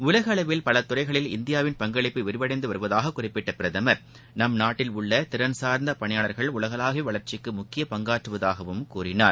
உலகளவில் பல துறைகளில் இந்தியாவின் பங்களிப்பு விரிவடைந்து வருவதாக குறிப்பிட்ட பிரதமர் நம் நாட்டில் உள்ள திறன்சார்ந்த பணியாளர்கள் உலகளாவிய வளர்ச்சிக்கு முக்கிய பங்காற்றுவதாகவும் கூறினார்